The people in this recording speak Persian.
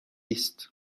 است